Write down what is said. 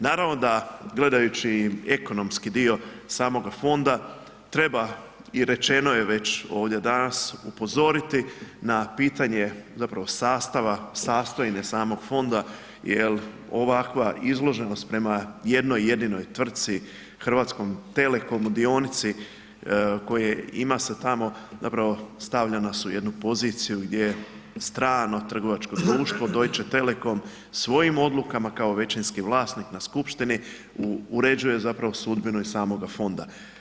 Naravno da gledajući ekonomski dio samoga Fonda treba i rečeno je već ovdje danas, upozoriti na pitanje zapravo sastava, sastajne samog Fonda jer ovakva izloženost prema jednoj jedinoj tvrtki, Hrvatskom telekomu, dionici koje ima se tamo zapravo stavlja nas u jednu poziciju gdje strano trgovačko društvo, Deutsche telekom svojim odlukama kao većinski vlasnik na Skupštini uređuje zapravo sudbinu i samoga Fonda.